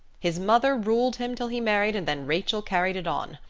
his mother ruled him till he married and then rachel carried it on.